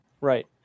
right